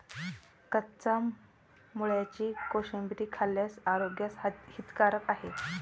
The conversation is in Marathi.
कच्च्या मुळ्याची कोशिंबीर खाल्ल्यास आरोग्यास हितकारक आहे